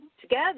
together